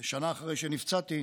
שנה אחרי שנפצעתי,